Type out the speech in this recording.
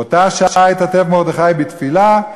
באותה שעה התעטף מרדכי בתפילה,